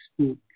Speak